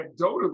anecdotally